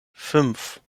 fünf